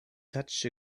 such